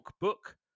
book